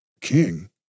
King